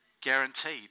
guaranteed